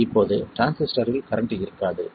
இப்போது டிரான்சிஸ்டரில் கரண்ட் இருக்காது